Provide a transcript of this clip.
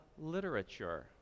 literature